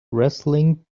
wrestling